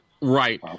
right